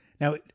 now